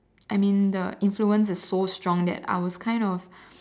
I mean the influence is so strong that I was kind of